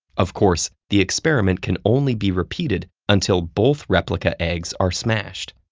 of course, the experiment can only be repeated until both replica eggs are smashed.